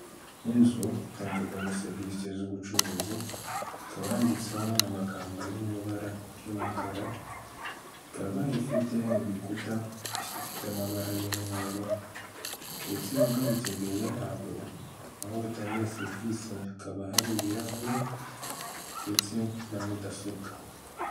Inzu itangirwamo serivise z'ubucuruzi ikaba yanditseho amagambo ari mu ibara ry'umukara, ikaba ifite ibikuta ifite amabara y'umweru ndetse ugarutse imbere ya aho batangira serivise hakaba hari ibirahuri ndetse na mudasobwa.